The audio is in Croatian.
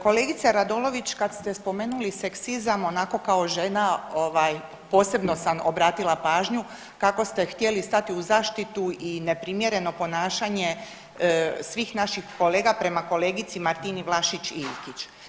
Kolegice Radolović kad ste spomenuli seksizam onako kao žena posebno sam obratila pažnju kako ste htjeli stati u zaštitu i neprimjereno ponašanje svih naših kolega prema kolegici Martini Vlašić Iljkić.